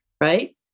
right